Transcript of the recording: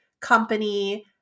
company